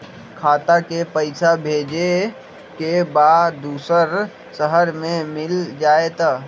खाता के पईसा भेजेए के बा दुसर शहर में मिल जाए त?